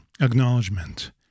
acknowledgement